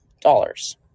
dollars